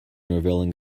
revealing